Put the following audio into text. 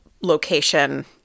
location-